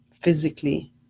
physically